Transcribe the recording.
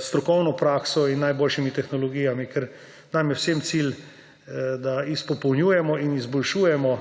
strokovno prakso in najboljšimi tehnologijami. Ker nam je vsem cilj, da izpopolnjujemo in izboljšujemo